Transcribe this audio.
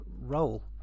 role